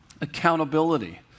accountability